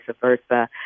versa